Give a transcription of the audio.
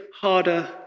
harder